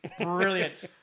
Brilliant